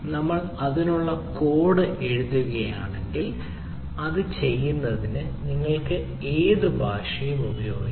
നമ്മൾ അതിനുള്ള കോഡ് എഴുതുകയാണെങ്കിൽ അത് ചെയ്യുന്നതിന് നിങ്ങൾക്ക് ഏത് ഭാഷയും ഉപയോഗിക്കാം